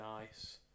nice